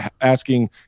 asking